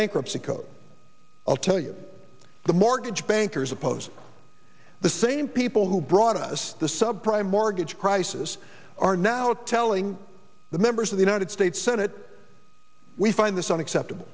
bankruptcy code i'll tell you the mortgage bankers oppose the same people who brought us the sub prime mortgage crisis are now telling the members of the united states senate we find this unacceptable